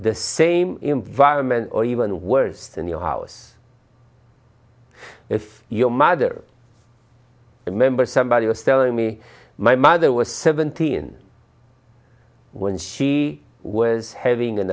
the same environment or even worst in your house if your mother remember somebody was telling me my mother was seventeen when she was having an